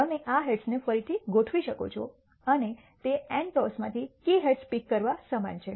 તમે આ હેડ્સને ફરીથી ગોઠવી શકો છો અને તે n ટોસમાંથી K હેડ્સ પીક કરવા સમાન છે